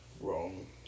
Wrong